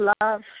love